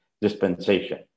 dispensation